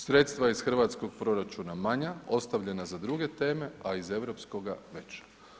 Sredstva iz hrvatskog proračuna manja, ostavljena za druge teme a iz europskoga veće.